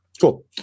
cool